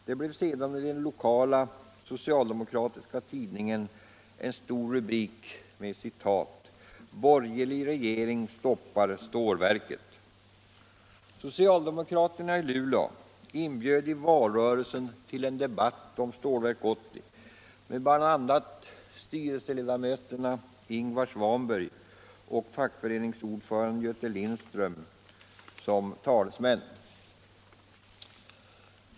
Detta blev senare i den lokala socialdemokratiska tidningen en stor rubrik: ”Borgerlig regering stoppar stålverket.” Socialdemokraterna i Luleå inbjöd i valrörelsen till en debatt om Stålverk 80 med bl.a. styrelseledamoten Ingvar Svanberg och fackföreningsordföranden Göte Lindström som talesmän.